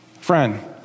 Friend